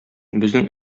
безнең